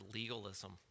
legalism